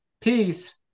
Peace